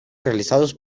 realizados